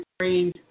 trained